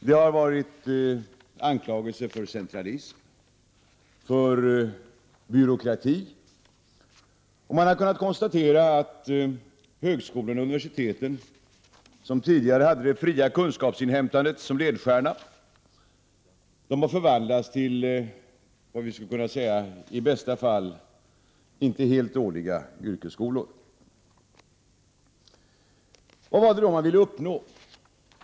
Det har varit anklagelser för centralism och byråkrati, och man har kunnat konstatera att högskolorna och universiteten, som tidigare hade det fria kunskapsinhämtandet som ledstjärna, har förvandlats till vad man i bästa fall skulle kunna kalla inte helt dåliga yrkesskolor. Vad var det då som man ville uppnå?